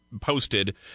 posted